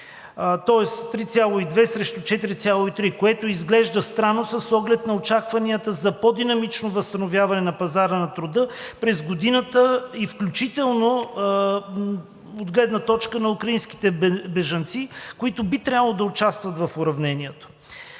тоест 3,2 срещу 4,3, което изглежда странно с оглед на очакванията за по-динамично възстановяване на пазара на труда през годината и включително от гледна точка на украинските бежанци, които би трябвало да участват в уравнението.